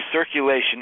circulation